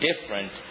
different